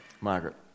margaret